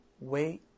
wait